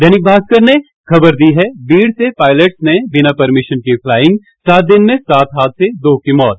दैनिक भास्कर ने खबर दी है बीड़ से पायलट्स ने बिना परमिशन की फ्लाइंग सात दिन में सात हादसे दो की मौत